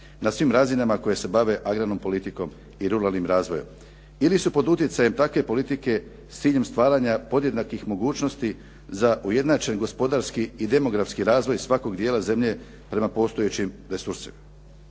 na svim razinama koje se bave agrarnom politikom i ruralnim razvojem. Ili su pod utjecajem takve politike s ciljem stvaranja podjednakih mogućnosti za ujednačen gospodarski i demografski razvoj svakog dijela zemlje prema postojećim resursima.